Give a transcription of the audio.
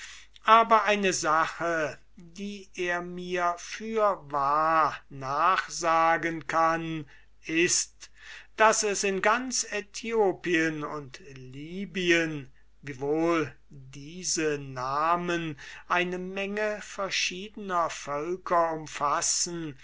aber eine sache die er mir für wahr nachsagen kann ist daß es im ganzen aethiopien und libyen wiewohl diese namen eine menge verschiedener völker umfassen